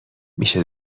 میشه